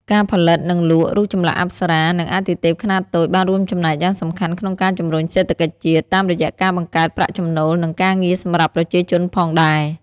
ការផលិត និងលក់ រូបចម្លាក់អប្សរា និងអាទិទេពខ្នាតតូច បានរួមចំណែកយ៉ាងសំខាន់ក្នុងការជំរុញសេដ្ឋកិច្ចជាតិ តាមរយៈការបង្កើតប្រាក់ចំណូល និងការងារសម្រាប់ប្រជាជនផងដែរ។